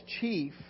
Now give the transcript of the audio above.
chief